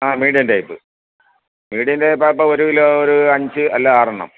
ആ medium type medium type ആവുമ്പോൾ ഒരു കിലോ ഒരു അഞ്ച് അല്ലെങ്കിൽ ആറെണ്ണം